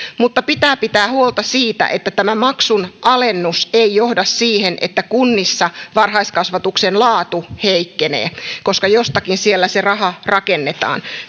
mutta pitää pitää huolta siitä että tämä maksun alennus ei johda siihen että kunnissa varhaiskasvatuksen laatu heikkenee koska jossakin siellä se raha rakennetaan